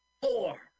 Four